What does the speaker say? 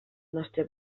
nostre